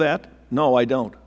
that no i don't